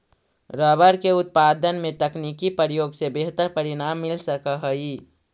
rubber के उत्पादन में तकनीकी प्रयोग से बेहतर परिणाम मिल सकऽ हई